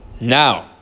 now